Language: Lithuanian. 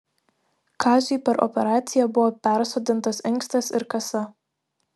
kaziui per operaciją buvo persodintas inkstas ir kasa